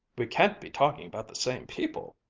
we can't be talking about the same people.